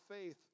faith